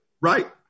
Right